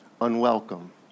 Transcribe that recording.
unwelcome